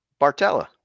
Bartella